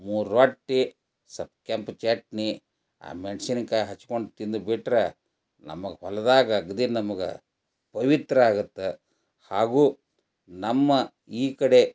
ಮೂರ್ ರೊಟ್ಟಿ ಸೊಪ್ ಕೆಂಪು ಚಟ್ನಿ ಆ ಮೆಣ್ಶಿನ್ಕಾಯ್ ಹಚ್ಕೊಂಡ್ ತಿಂದ್ಬಿಟ್ರ ನಮ್ಗ್ ಹೊಲ್ದಾಗ ಅಗದಿ ನಮ್ಗೆ ಪವಿತ್ರ ಆಗುತ್ತೆ ಹಾಗೂ ನಮ್ಮ ಈ ಕಡೆ